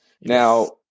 Now